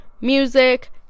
music